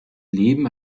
leben